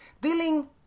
Dealing